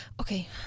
Okay